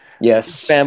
Yes